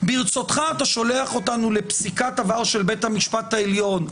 ברצותך אתה שולח אותנו לפסיקת עבר של בית המשפט העליון,